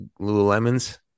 Lululemon's